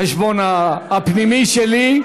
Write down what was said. החשבון הפנימי שלי.